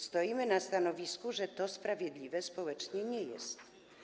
Stoimy na stanowisku, że to sprawiedliwe społecznie nie jest.